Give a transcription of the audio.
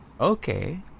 Okay